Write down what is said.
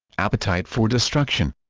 appetite for destruction